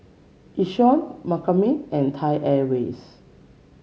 Yishion McCormick and Thai Airways